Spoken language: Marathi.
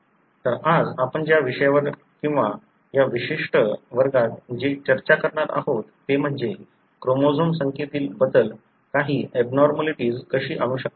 तर आज आपण ज्या विषयावर किंवा या विशिष्ट वर्गात जे चर्चा करणार आहोत ते म्हणजे क्रोमोझोम संख्येतील बदल काही एबनॉर्मलिटीज कशी आणू शकतात